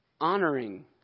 honoring